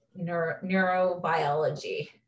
neurobiology